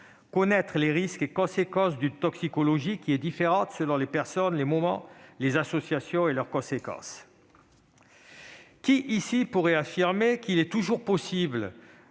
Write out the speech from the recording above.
connaître les risques et conséquences d'une toxicologie qui est différente selon les personnes, les moments, les associations de substances ? Qui, ici, pourrait affirmer qu'il est toujours possible